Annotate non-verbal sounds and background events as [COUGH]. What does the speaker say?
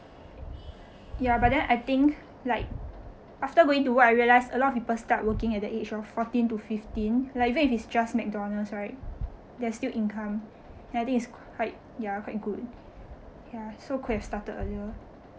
[BREATH] ya but then I think like after going to work I realised a lot of people start working at the age of fourteen to fifteen like even if its just mcdonalds right they are still income and I think it's quite ya quite good ya so could have started earlier